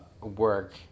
work